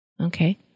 Okay